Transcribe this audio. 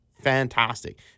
fantastic